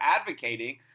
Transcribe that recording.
advocating